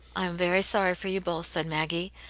i am very sorry for you both, said maggie.